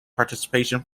participation